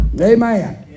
Amen